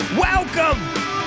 Welcome